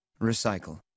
recycle